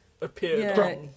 Appeared